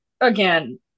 again